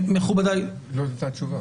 לא נתת תשובה